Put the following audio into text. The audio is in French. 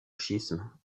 schisme